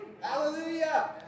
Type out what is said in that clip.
Hallelujah